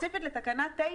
לגבי תקנה 9